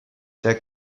der